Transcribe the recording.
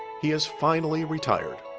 he is finally retired,